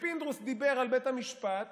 כשפינדרוס דיבר על בית המשפט